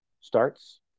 starts